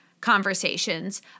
conversations